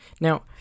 Now